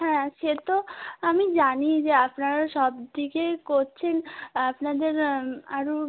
হ্যাঁ সে তো আমি জানি যে আপনারা সব দিকে করছেন আপনাদের আরো